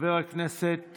חבר הכנסת